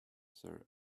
sir